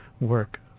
work